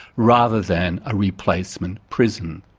rather than a replacement prison.